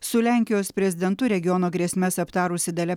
su lenkijos prezidentu regiono grėsmes aptarusi dalia